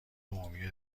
عمومی